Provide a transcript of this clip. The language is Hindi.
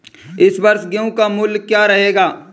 इस वर्ष गेहूँ का मूल्य क्या रहेगा?